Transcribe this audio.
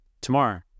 tomorrow